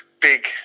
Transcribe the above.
big